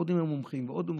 ועוד עם מומחים ועוד מומחים,